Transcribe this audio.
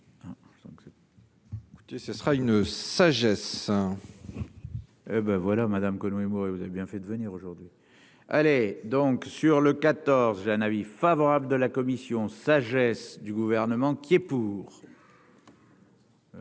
Donc. Ce sera une sagesse. Ben voilà Madame Conway Mouret, vous avez bien fait de venir aujourd'hui, allez donc sur le 14, j'ai un avis favorable de la commission sagesse du gouvernement qui est pour.